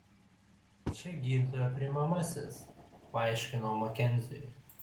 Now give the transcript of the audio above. čia gydytojo priimamasis paaiškinau makenziui